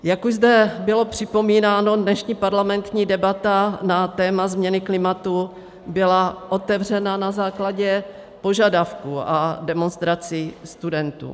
Jak už zde bylo připomínáno, dnešní parlamentní debata na téma změny klimatu byla otevřena na základě požadavků a demonstrací studentů.